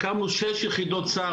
הקמנו שש יחידות סע"ר